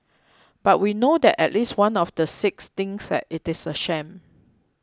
but we know that at least one of the six thinks that it is a sham